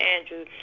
Andrew